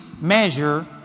measure